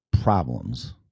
problems